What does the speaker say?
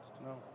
No